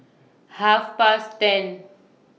Half Past ten